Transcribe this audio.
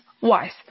wise